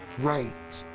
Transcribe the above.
right!